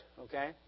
okay